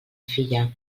filla